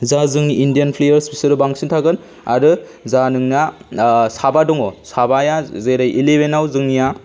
जा जोंनि Indian players बिसोरो बांसिन थागोन आरो जा नोंना साबा दङ साबाया जेरै इलेभेनाव जोंनिया